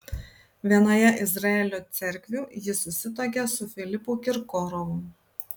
vienoje izraelio cerkvių ji susituokė su filipu kirkorovu